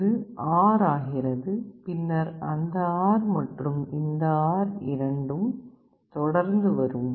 இது R ஆகிறது பின்னர் அந்த R மற்றும் இந்த R இரண்டும் தொடர்ந்து வரும்